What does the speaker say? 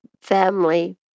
Family